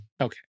Okay